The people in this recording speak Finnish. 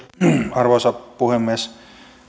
arvoisa puhemies